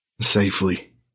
Safely